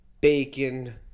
bacon